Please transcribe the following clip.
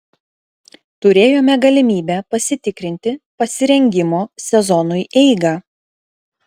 turėjome galimybę pasitikrinti pasirengimo sezonui eigą